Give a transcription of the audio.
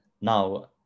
now